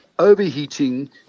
overheating